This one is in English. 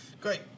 Great